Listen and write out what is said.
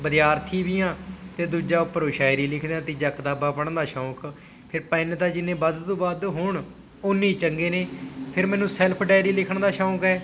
ਵਿਦਿਆਰਥੀ ਵੀ ਹਾਂ ਅਤੇ ਦੂਜਾ ਉੱਪਰੋਂ ਸ਼ਾਇਰੀ ਲਿਖਦੇ ਹਾਂ ਤੀਜਾ ਕਿਤਾਬਾਂ ਪੜ੍ਹਨ ਦਾ ਸ਼ੌਕ ਫੇਰ ਪੈੱਨ ਤਾਂ ਜਿੰਨੇ ਵੱਧ ਤੋਂ ਵੱਧ ਹੋਣ ਓਨੇ ਚੰਗੇ ਨੇ ਫਿਰ ਮੈਨੂੰ ਸੈਲਫ ਡੈਰੀ ਲਿਖਣ ਦਾ ਸ਼ੌਕ ਹੈ